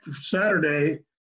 Saturday